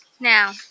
Now